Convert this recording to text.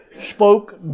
spoke